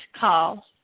call